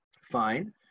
fine